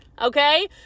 Okay